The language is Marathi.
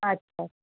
अच्छा